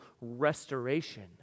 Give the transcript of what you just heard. restoration